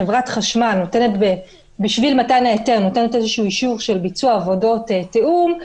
אם למשל חברת החשמל בשביל מתן ההיתר נותנת אישור של ביצוע עבודות תיאום,